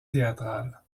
théâtrales